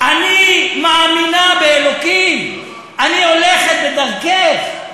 אני מאמינה באלוקים, אני הולכת בדרכך.